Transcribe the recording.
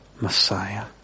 Messiah